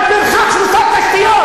גם פרחח של משרד התשתיות.